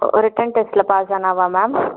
return டெஸ்டில் pass ஆனாலா ma'am